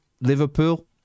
Liverpool